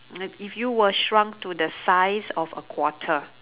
if you were shrunk to the size of a quarter